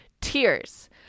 Tears